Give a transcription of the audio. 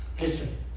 listen